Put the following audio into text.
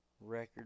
record